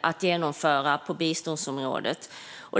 att genomföra på biståndsområdet.